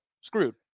screwed